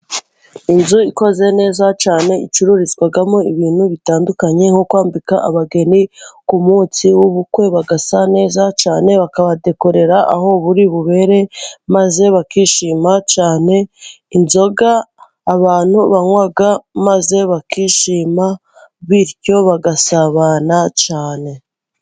Inzu ikoze neza cyane icururizwamo ibintu bitandukanye, nko kwambika abageni ku munsi w'ubukwe, bagasa neza cyane, bakabadekorera aho buri bubere, maze bakishima cyane, inzoga abantu banywa maze bakishima, bityo bagasabana cyane.